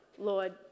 Lord